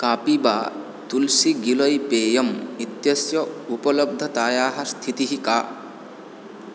कापिवा तुल्सि गिलोय् पेयम् इत्यस्य उपलब्धतायाः स्थितिः का